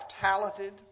talented